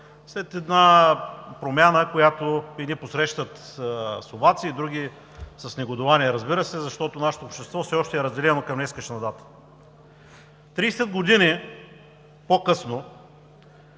след една промяна, която едни посрещат с овации, други с негодувание, разбира се, защото нашето общество все още е разделено към днешна дата. Тридесет години по-късно